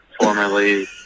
formerly